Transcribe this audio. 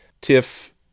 tiff